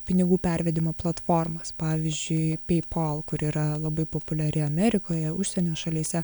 pinigų pervedimo platformas pavyzdžiui peipol kuri yra labai populiari amerikoje užsienio šalyse